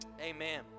amen